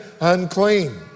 unclean